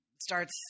starts